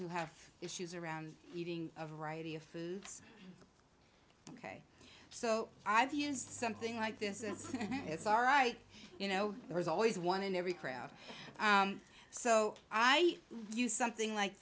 who have issues around eating a variety of foods ok so i've used something like this it's all right you know there's always one in every crowd so i use something like